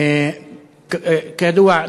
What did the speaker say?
כידוע,